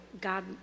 God